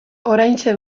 oraintxe